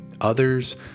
Others